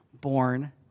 born